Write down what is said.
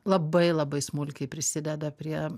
labai labai smulkiai prisideda prie